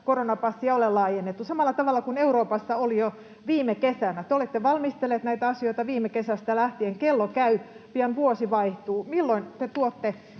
koronapassia ole laajennettu samalla tavalla kuin Euroopassa oli jo viime kesänä. Te olette valmistelleet näitä asioita viime kesästä lähtien. Kello käy, pian vuosi vaihtuu. Milloin te tuotte